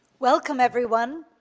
welcome, everyone.